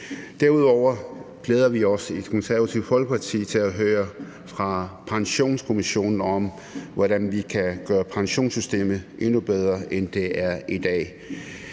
Derudover glæder vi os i Det Konservative Folkeparti til at høre fra Pensionskommissionen, hvordan vi kan gøre pensionssystemet endnu bedre, end det er i dag.